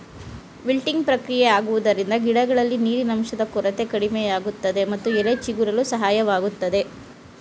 wilting ಪ್ರಕ್ರಿಯೆ ಆಗುವುದರಿಂದ ಗಿಡಗಳಲ್ಲಿ ನೀರಿನಂಶದ ಕೊರತೆ ಕಡಿಮೆಯಾಗುತ್ತದೆ ಮತ್ತು ಎಲೆ ಚಿಗುರಲು ಸಹಾಯವಾಗುತ್ತದೆ